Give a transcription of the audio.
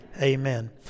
Amen